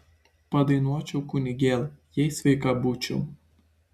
padainuočiau kunigėl jei sveika būčiau